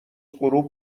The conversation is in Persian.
غروب